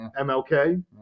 mlk